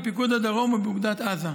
בפיקוד הדרום ובאוגדת עזה.